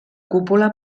cúpula